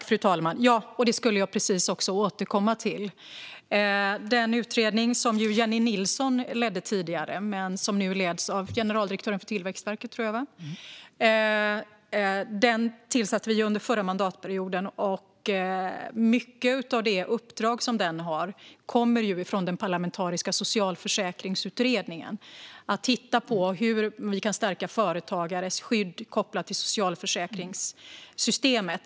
Fru talman! Det skulle jag precis återkomma till. Den utredning som Jennie Nilsson ledde tidigare, men som jag tror nu leds av generaldirektören för Tillväxtverket, tillsatte vi under förra mandatperioden. Mycket av det uppdrag som den har kommer från den parlamentariska socialförsäkringsutredningen. Den ska titta på hur vi kan stärka företagares skydd kopplat till socialförsäkringssystemet.